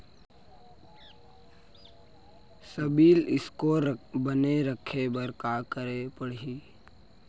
CIBIL score बने रखे बर का करे पड़ही?